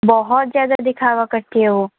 बहुत ज़्यादा दिखावा करती है वो